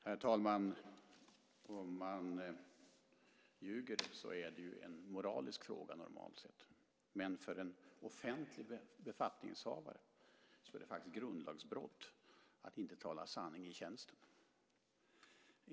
Herr talman! Om man ljuger är det en moralisk fråga normalt sett. Men för en offentlig befattningshavare är det faktiskt ett grundlagsbrott att inte tala sanning i tjänsten.